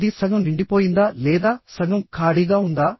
అది సగం నిండిపోయిందా లేదా సగం ఖాళీగా ఉందా